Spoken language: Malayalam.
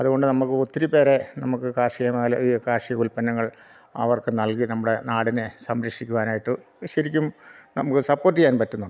അതുകൊണ്ട് നമുക്ക് ഒത്തിരി പേരെ നമുക്ക് കാർഷിക മേഖല ഈ കാർഷിക ഉൽപ്പന്നങ്ങൾ അവർക്ക് നൽകി നമ്മുടെ നാടിനെ സംരക്ഷിക്കുവാനായിട്ട് ശരിക്കും നമുക്ക് സപ്പോർട്ട് ചെയ്യാൻ പറ്റുന്നുണ്ട്